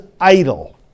idle